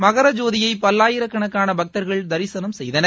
மகர ஜோதியை பல்லாயிரக்கணக்கான பக்தர்கள் தரிசனம் செய்தனர்